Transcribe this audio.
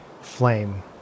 flame